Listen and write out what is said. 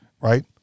right